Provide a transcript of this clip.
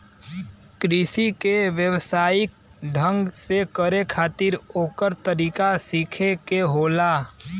कृषि के व्यवसायिक ढंग से करे खातिर ओकर तरीका सीखे के होला